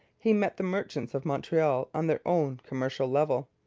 he met the merchants of montreal on their own commercial level.